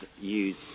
use